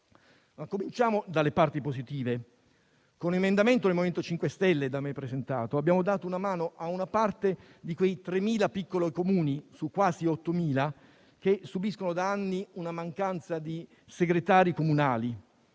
Cominciamo dalle parti positive: con un emendamento del MoVimento 5 Stelle da me presentato abbiamo dato una mano a una parte di quei 3.000 piccoli Comuni, su quasi 8.000, che subiscono da anni la mancanza di segretari comunali.